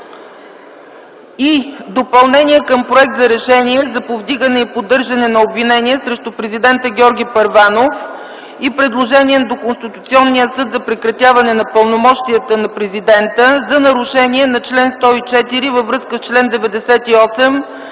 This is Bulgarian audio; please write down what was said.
и допълнение към проект за решение за повдигане и поддържане на обвинение срещу президента Георги Първанов и предложение до Конституционния съд за прекратяване на пълномощията на президента за нарушение на чл. 104 във връзка с чл. 98,